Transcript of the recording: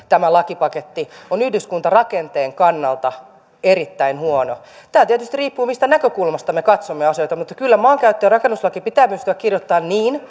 tämä lakipaketti on yhdyskuntarakenteen kannalta erittäin huono tämä tietysti riippuu siitä mistä näkökulmasta me katsomme asioita mutta kyllä maankäyttö ja rakennuslaki pitää pystyä kirjoittamaan niin